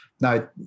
Now